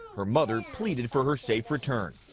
her mother pleaded for her safe return.